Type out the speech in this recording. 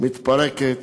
מתפרקת